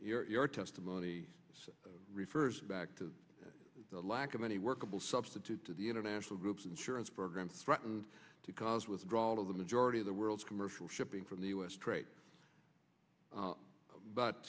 there your testimony refers back to the lack of any workable substitute to the international groups insurance program threaten to cause withdrawal of the majority of the world's commercial shipping from the us straight but